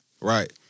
Right